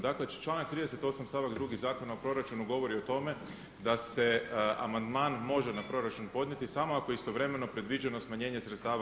Dakle, članak 38. stavak 2. Zakona o proračunu govori o tome da se amandman može na proračun podnijeti samo ako je istovremeno predviđeno smanjenje sredstava